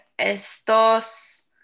Estos